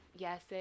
Yes